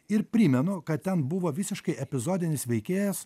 ir primenu kad ten buvo visiškai epizodinis veikėjas